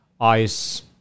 ice